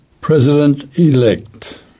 President-elect